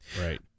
right